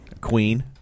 Queen